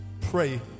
pray